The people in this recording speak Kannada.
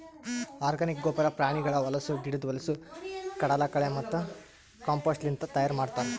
ಆರ್ಗಾನಿಕ್ ಗೊಬ್ಬರ ಪ್ರಾಣಿಗಳ ಹೊಲಸು, ಗಿಡುದ್ ಹೊಲಸು, ಕಡಲಕಳೆ ಮತ್ತ ಕಾಂಪೋಸ್ಟ್ಲಿಂತ್ ತೈಯಾರ್ ಮಾಡ್ತರ್